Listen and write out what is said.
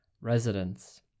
Residents